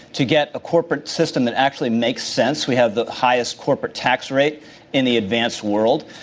to get a corporate system that actually makes sense. we have the highest corporate tax rate in the advanced world,